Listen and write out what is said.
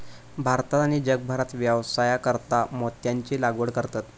भारतात आणि जगभरात व्यवसायासाकारता मोत्यांची लागवड करतत